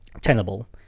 tenable